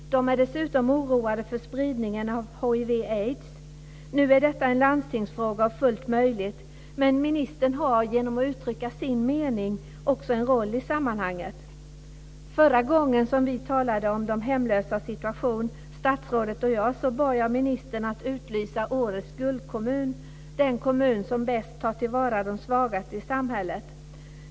De är dessutom oroade för spridningen av hiv/aids. Nu är detta en landstingsfråga, men ministern har genom att uttrycka sin mening också en roll i sammanhanget. Förra gången statsrådet och jag talade om de hemlösas situation bad jag ministern att utlysa årets "guldkommun", dvs. den kommun som bäst tar till vara de svagaste i samhället.